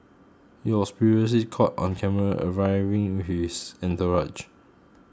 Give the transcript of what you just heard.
he was previously caught on camera arriving with entourage